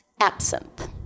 absinthe